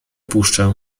puszczę